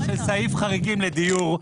נוסח מתוקן של סעיף חריגים לדיור,